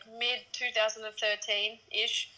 mid-2013-ish